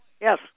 Yes